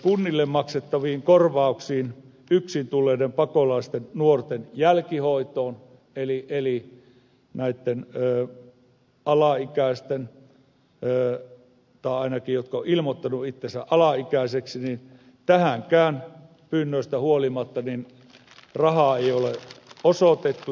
kunnille maksettaviin korvauksiin yksin tulleiden pakolaisten nuorten eli näitten alaikäisten tai ainakin jotka ovat ilmoittaneet itsensä alaikäisiksi jälkihoitoon tähänkään pyynnöistä huolimatta rahaa ei ole osoitettu